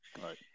Right